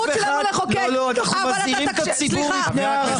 פשוט שלמה קרעי רוצה יועמ"שית מטעמו, אז הינה הוא